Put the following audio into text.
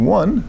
one